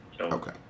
Okay